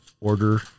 order